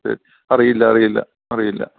ശരി അറിയില്ല അറിയില്ല അറിയില്ല